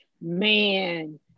Man